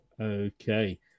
Okay